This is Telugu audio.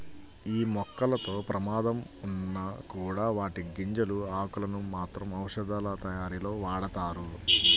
యీ మొక్కలతో ప్రమాదం ఉన్నా కూడా వాటి గింజలు, ఆకులను మాత్రం ఔషధాలతయారీలో వాడతారు